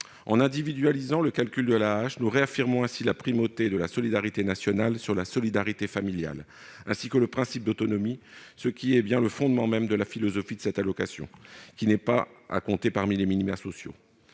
En individualisant le calcul de l'AAH, nous réaffirmons la primauté de la solidarité nationale sur la solidarité familiale, ainsi que le principe d'autonomie, fondement même de la philosophie de cette allocation, qui n'est pas à compter parmi les minima sociaux.